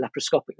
laparoscopically